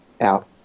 out